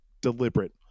deliberate